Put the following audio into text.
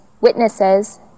witnesses